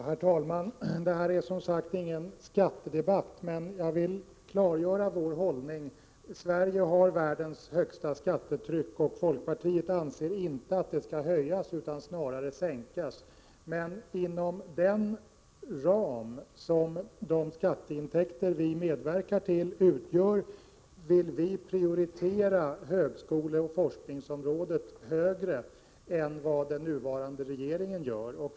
Herr talman! Detta är som sagt ingen skattedebatt, men jag vill klargöra vår hållning. Sverige har världens största skattetryck, och folkpartiet anser inte att det skall höjas utan snarare sänkas. Men inom ramen för de skatteintäkter vi medverkar till vill vi prioritera högskoleoch forskningsområdet mer än den nuvarande regeringen gör.